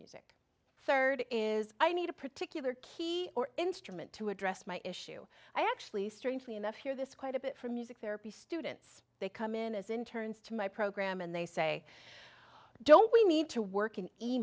music third is i need a particular key or instrument to address my issue i actually strangely enough hear this quite a bit from music therapy students they come in as in turns to my program and they say don't we need to work in a